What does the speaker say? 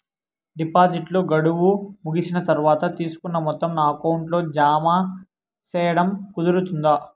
డిపాజిట్లు గడువు ముగిసిన తర్వాత, తీసుకున్న మొత్తం నా అకౌంట్ లో జామ సేయడం కుదురుతుందా?